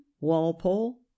walpole